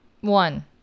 one